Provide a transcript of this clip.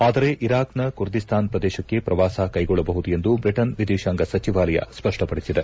ಆದರೆ ಇರಾಕ್ನ ಕುರ್ದಿಸ್ತಾನ್ ಪ್ರದೇಶಕ್ಕೆ ಪ್ರವಾಸ ಕೈಗೊಳ್ಬಹುದು ಎಂದು ಬ್ರಿಟನ್ ವಿದೇತಾಂಗ ಸಚಿವಾಲಯ ಸ್ಪಷ್ಟಪಡಿಸಿದೆ